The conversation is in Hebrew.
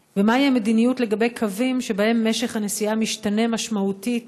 3. מהי המדיניות לגבי קווים שבהם משך הנסיעה משתנה משמעותית